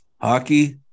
Hockey